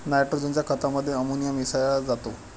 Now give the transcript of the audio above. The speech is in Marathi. नायट्रोजन खतामध्ये अमोनिया मिसळा जातो